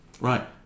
Right